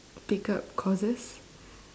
pick up courses